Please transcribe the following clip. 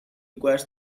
requires